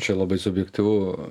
čia labai subjektyvu